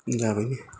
जाबायदे